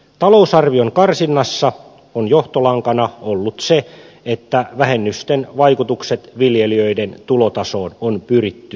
talousarvion karsinnassa on johtolankana ollut se että vähennysten vaikutukset viljelijöiden tulotasoon on pyritty minimoimaan